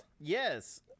Yes